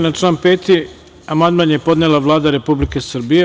Na član 5. amandman je podnela Vlada Republike Srbije.